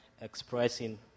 expressing